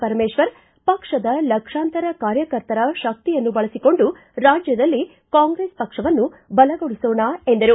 ಪರಮೇಶ್ವರ ಪಕ್ಷದ ಲಕ್ಷಾಂತರ ಕಾರ್ಯಕರ್ತರ ಶಕ್ತಿಯನ್ನು ಬಳಸಿಕೊಂಡು ರಾಜ್ಯದಲ್ಲಿ ಕಾಂಗ್ರೆಸ್ ಪಕ್ಷವನ್ನು ಬಲ ಗೊಳಿಸೋಣ ಎಂದರು